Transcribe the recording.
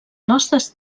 nostres